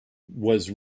was